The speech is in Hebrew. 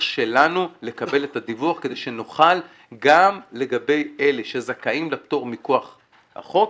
שלנו לקבל את הדיווח כדי שנוכל גם לגבי אלה שזכאים לפטור מכוח החוק,